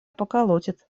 поколотит